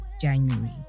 January